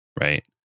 right